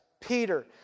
Peter